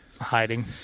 Hiding